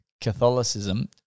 Catholicism